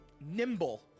Nimble